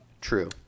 True